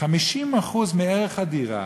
50% מערך הדירה